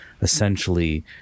essentially